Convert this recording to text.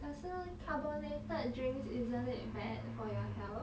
可是 carbonated drinks isn't it bad for your health